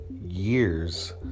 years